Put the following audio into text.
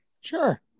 Sure